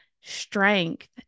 strength